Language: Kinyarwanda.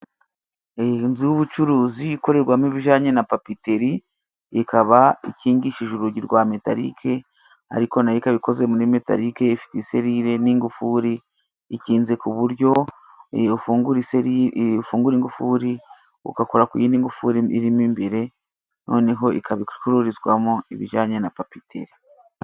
Inzu y'ubucuruzi ikorerwamo ibijanye na papiteri ikaba ikingishije urugi rwa metalike, ariko na yo ikabikoze muri metarike. Ifite iserire n'ingufuri ikinze ku buryo iyo ufungura ingufuri ugakora ku yindi ngufuri irimo imbere, noneho ikaba icururizwamo ibijanye na papiteri.